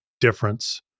difference